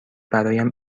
برایم